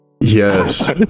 Yes